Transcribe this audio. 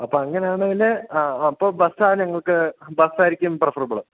അപ്പ അങ്ങനെയാണെങ്കില് അപ്പോള് ബസ്സാണ് ഞങ്ങൾക്ക് ബസ്സായിരിക്കും പ്രഫെറബിള്